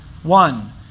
One